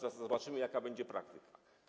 Zobaczymy, jaka będzie praktyka.